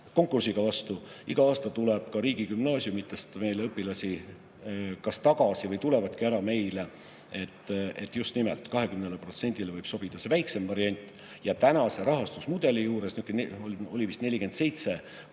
konkursiga vastu, iga aasta tuleb ka riigigümnaasiumidest meile õpilasi kas tagasi või kohe tulevadki meile. Just nimelt 20%-le võib sobida see väiksem variant. Tänase rahastusmudeli juures nihukene,